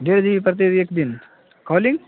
ڈیڑھ جی بی پرتی ایک دن کالنگ